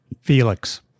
Felix